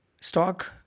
stock